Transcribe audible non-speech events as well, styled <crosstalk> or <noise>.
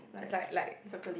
it's like like <noise>